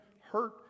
hurt